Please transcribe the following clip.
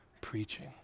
preaching